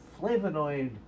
flavonoid